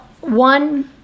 one